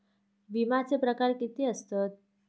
विमाचे प्रकार किती असतत?